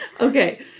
Okay